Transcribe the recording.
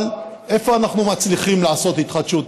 אבל איפה אנחנו מצליחים לעשות התחדשות עירונית?